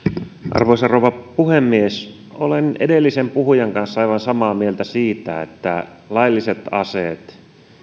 arvoisa rouva puhemies olen edellisen puhujan kanssa aivan samaa mieltä siitä että lailliset aseet eivät ole ongelma